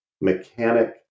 mechanic